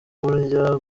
burya